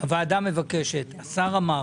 הוועדה מבקשת, השר אמר,